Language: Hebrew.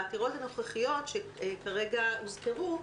בעתירות הנוכחיות שכרגע הוזכרו,